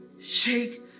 shake